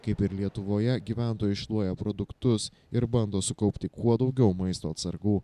kaip ir lietuvoje gyventojai šluoja produktus ir bando sukaupti kuo daugiau maisto atsargų